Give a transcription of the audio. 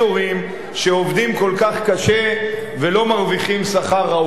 שעובדים כל כך קשה ולא מרוויחים שכר ראוי.